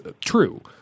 true